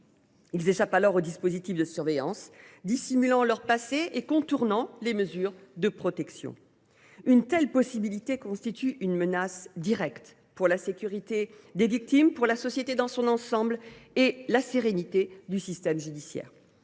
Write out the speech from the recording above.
Ils échappent ainsi aux dispositifs de surveillance, dissimulant leur passé et contournant les mesures de protection. Une telle possibilité constitue une menace directe pour la sécurité des victimes, pour la société dans son ensemble et pour la sérénité du système judiciaire.